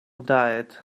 diet